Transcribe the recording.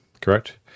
correct